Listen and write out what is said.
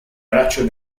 braccio